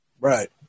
Right